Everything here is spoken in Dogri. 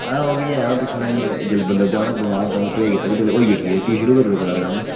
आं ओह् जेल्लै बमार हा ते पर्हेज करी ओड़ेआ ते हून ठीक ऐ ते भी शुरू करी ओड़ेआ